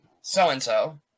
so-and-so